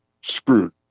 screwed